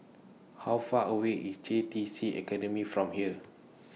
How Far away IS J T C Academy from here